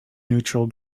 neutral